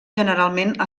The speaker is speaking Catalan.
generalment